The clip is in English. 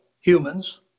humans